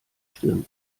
stirn